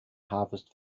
harvest